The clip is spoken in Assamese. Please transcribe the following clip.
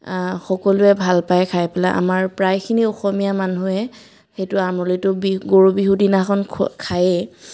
সকলোৱে ভাল পায় খাই পেলাই আমাৰ প্ৰায়খিনি অসমীয়া মানুহে সেইটো আমৰলিটো বি গৰু বিহুৰ দিনাখন খায়েই